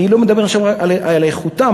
אני לא מדבר עכשיו על איכותם,